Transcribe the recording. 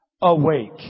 Awake